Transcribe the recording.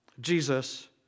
Jesus